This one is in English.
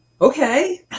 Okay